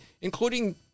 including